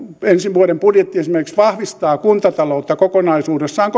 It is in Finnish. ensi vuoden budjetti esimerkiksi vahvistaa kuntataloutta kokonaisuudessaan